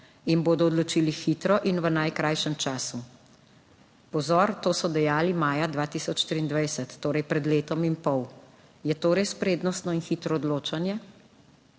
in bodo odločili hitro in v najkrajšem času - pozor, to so dejali maja 2023, torej pred letom in pol -, je to res prednostno in hitro odločanje.